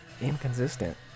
inconsistent